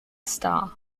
star